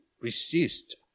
resist